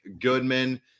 Goodman